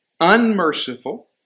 unmerciful